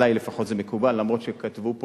עלי לפחות זה מקובל, למרות שכתבו פה